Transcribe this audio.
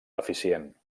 deficient